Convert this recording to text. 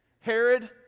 Herod